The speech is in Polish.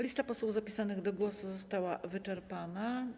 Lista posłów zapisanych do głosu została wyczerpana.